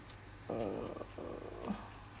err